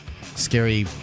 scary